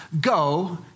go